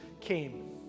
came